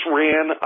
ran